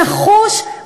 נחוש,